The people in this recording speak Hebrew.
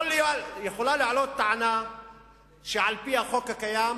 יכולה להיות טענה שעל-פי החוק הקיים